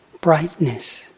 brightness